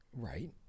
Right